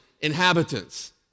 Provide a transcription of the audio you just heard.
inhabitants